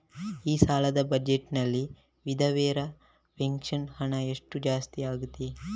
ಈ ಸಲದ ಬಜೆಟ್ ನಲ್ಲಿ ವಿಧವೆರ ಪೆನ್ಷನ್ ಹಣ ಎಷ್ಟು ಜಾಸ್ತಿ ಆಗಿದೆ?